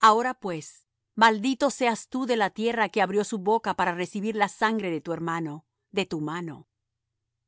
ahora pues maldito seas tú de la tierra que abrió su boca para recibir la sangre de tu hermano de tu mano